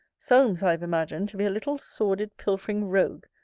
solmes i have imagined to be a little sordid, pilfering rogue,